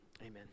Amen